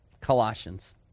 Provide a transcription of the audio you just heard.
Colossians